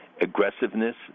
aggressiveness